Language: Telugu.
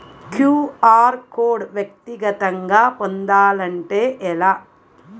క్యూ.అర్ కోడ్ వ్యక్తిగతంగా పొందాలంటే ఎలా?